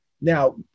Now